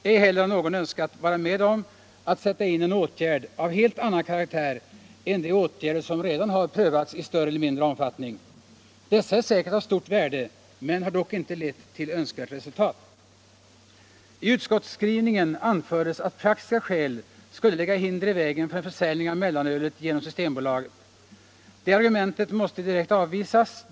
Inte heller har någon velat vara med om att sätta in en åtgärd av helt annan karaktär än de åtgärder som redan prövats i större eller mindre omfattning. Dessa är säkert av stort värde, men de har dock inte lett till önskat resultat. I utskottets skrivning anförs att praktiska skäl skulle lägga hinder i vägen för en försäljning av mellanölet genom Systembolaget. Det argumentet måste direkt avvisas.